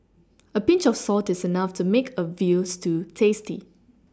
a Pinch of salt is enough to make a veal stew tasty